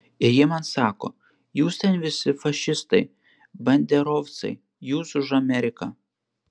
ir ji man sako jūs ten visi fašistai banderovcai jūs už ameriką